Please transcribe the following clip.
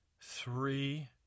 three